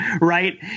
right